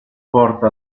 porta